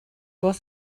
was